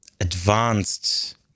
advanced